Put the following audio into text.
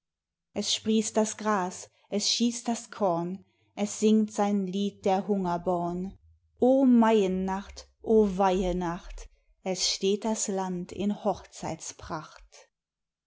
es sprießt das gras es schießt das korn es singt sein lied der hungerborn o maiennacht o weihenacht es steht das land in